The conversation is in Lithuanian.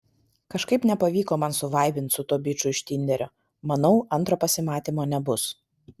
kažkaip nepavyko man suvaibint su tuo biču iš tinderio manau antro pasimatymo nebus